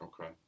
Okay